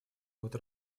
ход